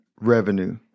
revenue